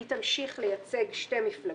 היא תמשיך לייצג שתי מפלגות,